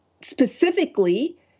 Specifically